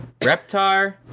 Reptar